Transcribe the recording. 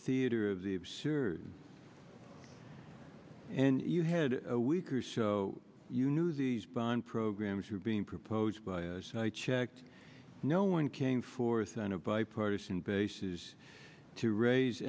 theater of the absurd and you had a week or so you knew these bond programs were being proposed by checked no one came forth on a bipartisan basis to raise